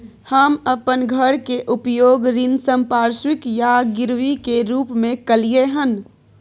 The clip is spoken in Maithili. हम अपन घर के उपयोग ऋण संपार्श्विक या गिरवी के रूप में कलियै हन